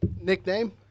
Nickname